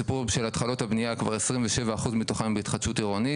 הסיפור של התחלות הבנייה כבר 27% מתוכן בהתחדשות עירונית,